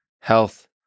health